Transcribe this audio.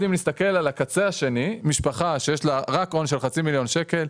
אם נסתכל על הקצה השני משפחה שיש לה הון של כחצי מיליון ₪,